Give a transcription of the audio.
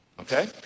Okay